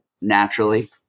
naturally